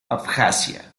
abjasia